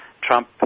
Trump